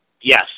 yes